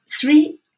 three